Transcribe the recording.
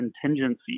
contingency